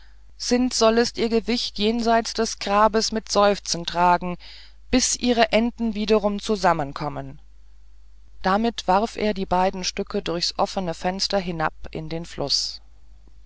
sind sollest ihr gewicht jenseits des grabs mit seufzen tragen bis ihre enden wiederum zusammenkommen damit warf er die beiden stücke durchs offene fenster hinab in den fluß